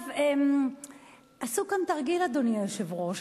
עכשיו, עשו כאן תרגיל, אדוני היושב-ראש.